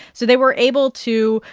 so they were able to,